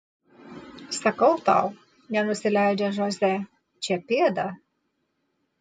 sakau tau nenusileidžia žoze čia pėda